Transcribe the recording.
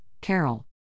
Carol